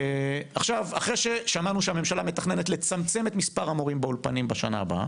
אחרי ששמענו שהממשלה מתכננת לצמצם את מספר המורים בשנה הבאה,